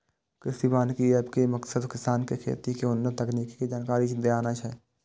कृषि वानिकी एप के मकसद किसान कें खेती के उन्नत तकनीक के जानकारी देनाय छै